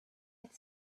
had